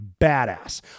badass